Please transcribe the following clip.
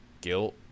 guilt